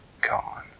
gone